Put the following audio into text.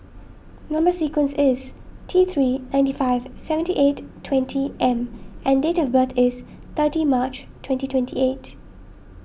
Number Sequence is T three ninety five seventy eight twenty M and date of birth is thirty March twenty twenty eight